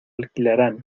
alquilarán